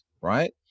Right